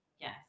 Yes